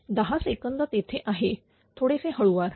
10 second तेथे आहे थोडेसे हळूवार